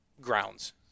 grounds